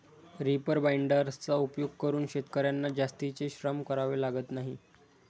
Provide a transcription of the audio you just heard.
reaper बाइंडर्सचा उपयोग करून शेतकर्यांना जास्तीचे श्रम करावे लागत नाही